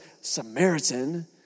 Samaritan